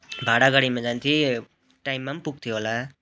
भाडा गाडीमा जान्थेँ टाइममा पनि पुग्थ्यो होला